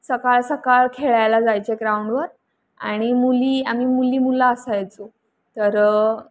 सकाळसकाळ खेळायला जायचे ग्राउंडवर आणि मुली आम्ही मुली मुलं असायचो तर